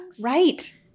right